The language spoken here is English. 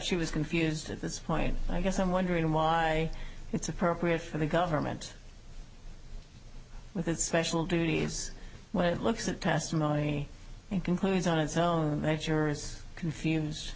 she was confused at this point i guess i'm wondering why it's appropriate for the government with its special duties when it looks at testimony concludes on its own nature is confused